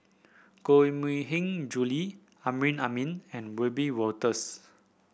Koh Mui Hiang Julie Amrin Amin and Wiebe Wolters